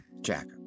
Jack